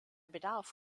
bedarf